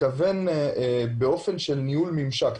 לא, לגבי אופן ניהול ממשק.